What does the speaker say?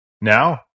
Now